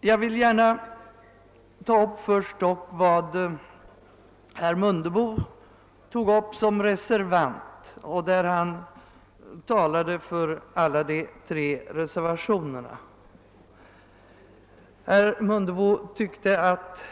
Jag vill först ta upp vad herr Mundebo framförde som reservant, där han talade för alla de tre reservationerna. Herr Mundebo sade att